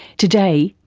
today,